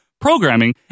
programming